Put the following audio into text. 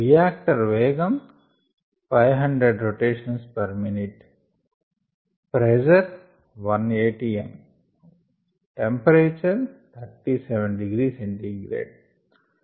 reactor వేగం 500 rpm ఒత్తిడిప్రెజర్ 1 atm ఉష్ణోగ్రత 37 degree C